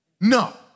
No